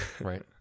right